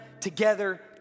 together